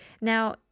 Now